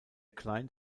client